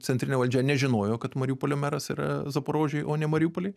centrinė valdžia nežinojo kad mariupolio meras yra zaporožėj o ne mariupoly